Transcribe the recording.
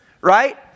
right